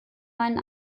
meinen